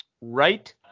Right